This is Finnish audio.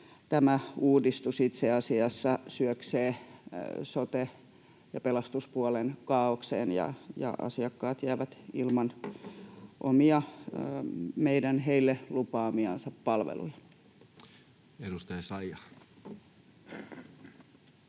tämä uudistus itse asiassa syöksee sote- ja pelastuspuolen kaaokseen ja asiakkaat jäävät ilman omia, meidän heille lupaamiamme palveluja. Edustaja Essayah.